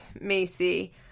Macy